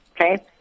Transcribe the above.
Okay